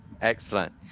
Excellent